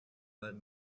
let